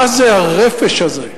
מה זה הרפש הזה?